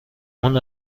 اون